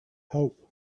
hope